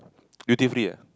duty free ah